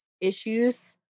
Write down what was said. issues